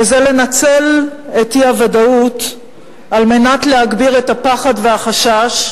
וזה לנצל את האי-ודאות על מנת להגביר את הפחד והחשש,